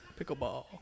Pickleball